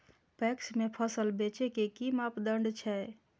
PACS में फसल बेचे के कि मापदंड छै?